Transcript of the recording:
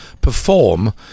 perform